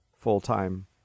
full-time